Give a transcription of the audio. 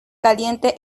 caliente